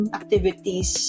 activities